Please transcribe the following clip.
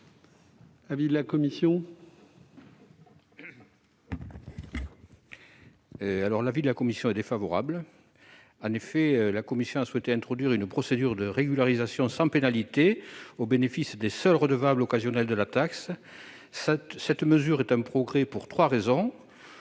l'avis de la commission ? La commission a souhaité introduire une procédure de régularisation sans pénalité au bénéfice des seuls redevables occasionnels de la taxe. Cette mesure est un progrès pour trois raisons.